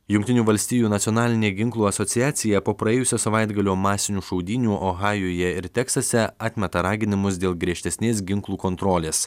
jungtinių valstijų nacionalinė ginklų asociacija po praėjusio savaitgalio masinių šaudynių ohajuje ir teksase atmeta raginimus dėl griežtesnės ginklų kontrolės